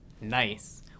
Nice